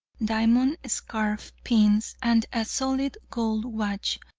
diamond scarf pins, and a solid gold watch,